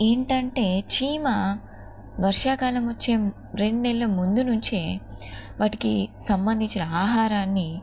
ఏంటంటే చీమ వర్షాకాలం వచ్చే రెండు నెలల ముందు నుంచే వాటికి సంబంధించిన ఆహారాన్ని